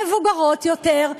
מבוגרות יותר,